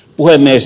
puhemies